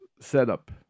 setup